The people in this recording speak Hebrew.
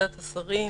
ועדת השרים,